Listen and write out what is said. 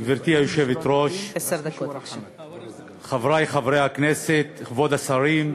גברתי היושבת-ראש, חברי חברי הכנסת, כבוד השרים,